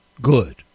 good